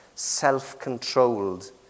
Self-controlled